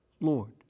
Lord